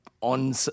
on